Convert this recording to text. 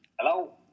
Hello